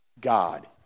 God